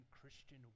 Christian